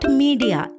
media